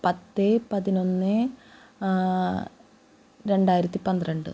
പത്ത് പതിനൊന്ന് രണ്ടായിരത്തി പന്ത്രണ്ട്